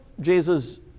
Jesus